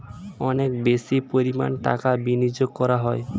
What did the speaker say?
অনেক বেশি পরিমাণ টাকা বিনিয়োগ করা হয়